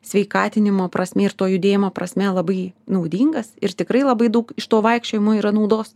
sveikatinimo prasme ir to judėjimo prasme labai naudingas ir tikrai labai daug iš to vaikščiojimo yra naudos